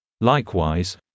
Likewise